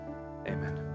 Amen